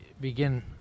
begin